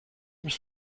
mich